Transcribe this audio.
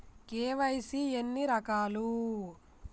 KYC ఎన్ని రకాలు?